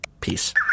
Peace